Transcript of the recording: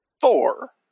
Thor